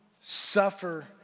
suffer